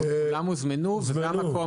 הם גם הוזמנו וזה המקום,